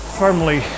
firmly